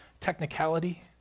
technicality